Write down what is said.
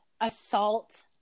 assault